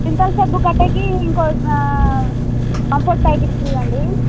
సింతాల్ సబ్బు కట్టకి ఇంకో కంఫ్ర్ట్ ప్యాకెట్ ఫ్రీ అండి